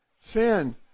Sin